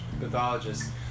pathologist